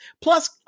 Plus